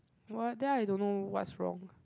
what then I don't know what's wrong